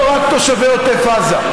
לא רק תושבי עוטף עזה,